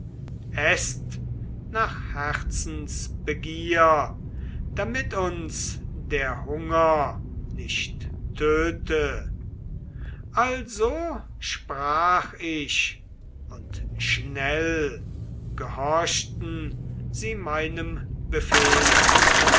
eßt nach herzensbegier damit uns der hunger nicht töte also sprach ich und schnell gehorchten sie meinem befehle